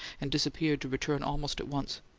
and disappeared to return almost at once.